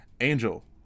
Angel